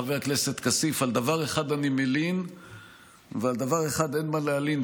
חבר הכנסת כסיף: על דבר אחד אני מלין ועל דבר אחד אין מה להלין,